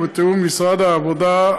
ובתיאום עם משרד העבודה,